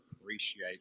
appreciate